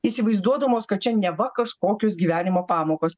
įsivaizduodamos kad čia neva kažkokios gyvenimo pamokos